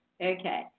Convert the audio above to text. Okay